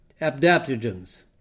adaptogens